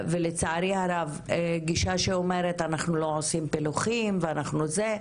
ולצערי הרב גישה שאומרת אנחנו לא עושים פילוחים ואנחנו זה,